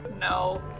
no